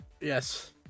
Yes